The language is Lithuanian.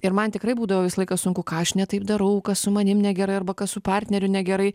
ir man tikrai būdavo visą laiką sunku ką aš ne taip darau kas su manim negerai arba kas su partneriu negerai